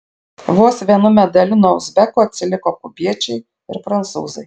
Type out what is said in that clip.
vos vienu medaliu nuo uzbekų atsiliko kubiečiai ir prancūzai